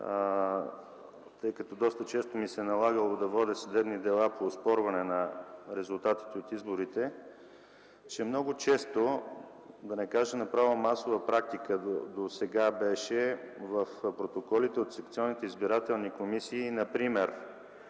тъй като доста често ми се е налагало да водя съдебни дела по оспорване на резултатите от изборите. Много често, да не кажа направо, масова практика досега беше в протоколите от секционните избирателни комисии изобщо